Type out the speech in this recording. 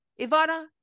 Ivana